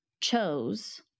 chose